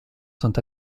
sont